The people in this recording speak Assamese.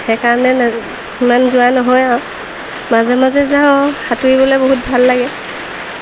সেইকাৰণে সিমান যোৱা নহয় আৰু মাজে মাজে যাওঁ সাঁতুৰিবলৈ বহুত ভাল লাগে